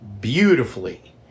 beautifully